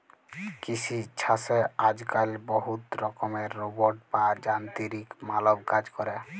কিসি ছাসে আজক্যালে বহুত রকমের রোবট বা যানতিরিক মালব কাজ ক্যরে